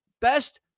best